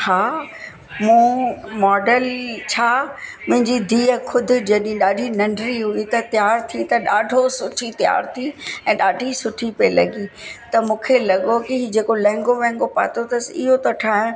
हा मूं मॉडल छा मुंहिंजी धीअ ख़ुदि जॾहिं ॾाढी नंढिड़ी हुई तयारु थिए त सुठी तयारु थी ऐं ॾाढी सुठी पई लॻे त मूंखे लॻो कि हे जेको लहंगो वहंगो पातो अथसि इहो त ठाहिणु